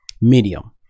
medium